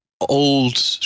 Old